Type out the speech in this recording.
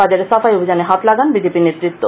বাজারে সাফাই অভিযানে হাত লাগান বিজেপি নেতত্ব